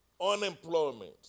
unemployment